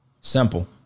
Simple